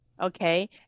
Okay